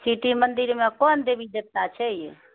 city मंदिरमे कोन देवी देवता छै यौ